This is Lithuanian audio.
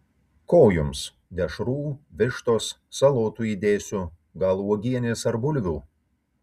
ko jums dešrų vištos salotų įdėsiu gal uogienės ar bulvių